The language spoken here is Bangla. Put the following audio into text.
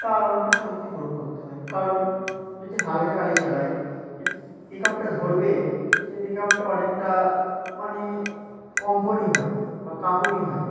তার অনেকটা শক্তি প্রয়োগ করতে হয় কারণ যদি হালকা গাড়ি চালায় পিকআপটা ধরবে সেই পিকআপটা অনেকটা মানে কম্পনই হয় বা কাঁপুনি হয়